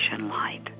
light